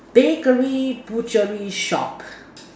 bakery butchery shop